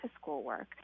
schoolwork